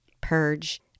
purge